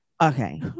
okay